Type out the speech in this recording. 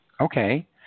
Okay